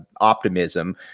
optimism